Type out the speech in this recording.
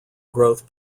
growth